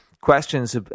questions